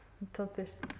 Entonces